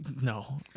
No